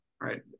right